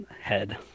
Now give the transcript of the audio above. head